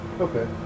Okay